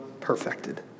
perfected